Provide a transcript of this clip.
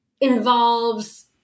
involves